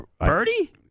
Birdie